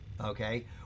okay